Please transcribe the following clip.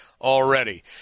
already